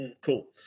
Cool